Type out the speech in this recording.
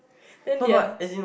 then their